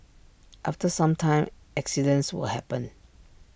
after some time accidents will happen